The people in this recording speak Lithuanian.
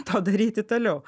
to daryti toliau